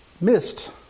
missed